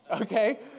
Okay